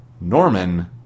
Norman